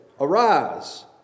arise